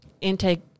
intake